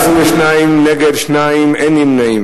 22, נגד, 2, אין נמנעים.